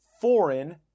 foreign